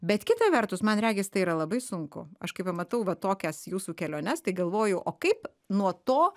bet kita vertus man regis tai yra labai sunku aš kai pamatau va tokias jūsų keliones tai galvoju o kaip nuo to